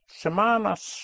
semanas